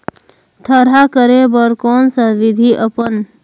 थरहा करे बर कौन सा विधि अपन?